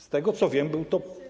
Z tego, co wiem, był to.